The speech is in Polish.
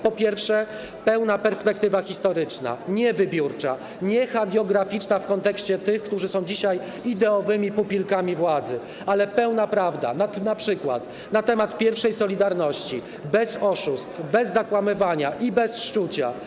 Po pierwsze, pełna perspektywa historyczna - nie wybiórcza, nie hagiograficza w kontekście tych, którzy są dzisiaj ideowymi pupilkami władzy, ale pełna prawda, np. na temat pierwszej „Solidarności”, bez oszustw, bez zakłamywania i bez szczucia.